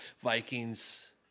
Vikings